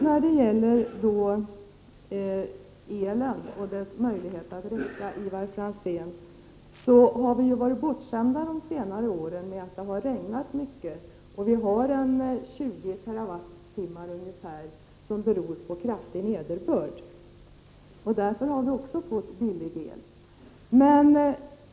När det gäller möjligheterna att få elen att räcka har vi ju varit bortskämda de senaste åren med att det har regnat mycket. Ungefär 20 TWh beror på kraftig nederbörd och därför har vi också fått billig el.